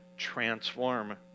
transform